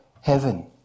heaven